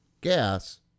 gas